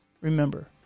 remember